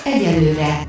Egyelőre